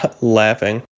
laughing